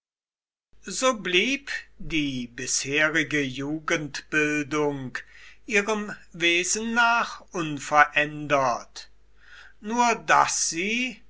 so blieb die bisherige jugendbildung ihrem wesen nach unverändert nur daß sie